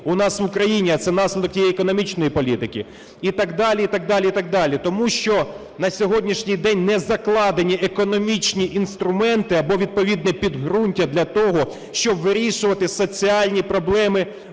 у нас в Україні, а це наслідок тієї економічної політики і так далі і так далі. Тому що на сьогоднішній день не закладені економічні інструменти або відповідне підґрунтя для того, щоб вирішувати соціальні проблеми